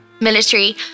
military